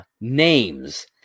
names